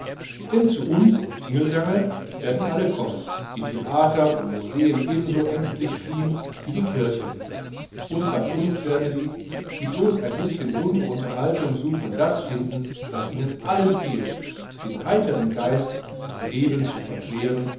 denn zu uns ins tingeltangel werden alle kommen die theater und museen ebenso ängstlich fliehen wie die kirche und bei uns werden sie die blos ein bischen bunte unterhaltung suchen das finden was ihnen allen fehlt den heiteren geist das leben zu verklären